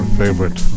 favorite